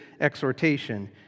exhortation